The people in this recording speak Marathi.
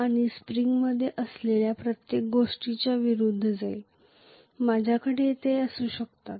आणि स्प्रिंगमध्ये असलेल्या प्रत्येक गोष्टीच्या विरुद्ध जाईल माझ्याकडे येथे असू शकतात